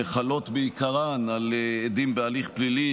שחלות בעיקרן על עדים בהליך פלילי,